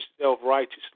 self-righteously